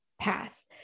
path